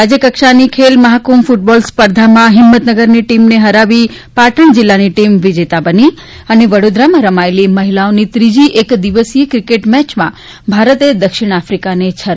રાજ્યકક્ષાની ખેલ મહાકુંભ ફટબોલ સ્પર્ધામાં હિંમતનગરની ટીમને હરાવી પાટણ જિલ્લાની ટીમ વિજેતા બની વડોદરામાં રમાયેલી મહિલાઓની ત્રીજી એક દિવસીય ક્રિકેટ મેચમાં ભારતે દક્ષિણ આફ્રિકાને છ રને હરાવ્યું